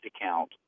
account